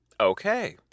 Okay